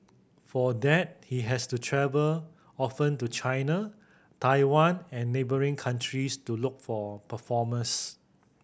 for that he has to travel often to China Taiwan and neighbouring countries to look for performers